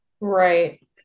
right